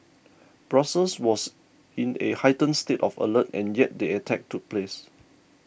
Brussels was in a heightened state of alert and yet the attack took place